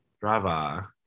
Brava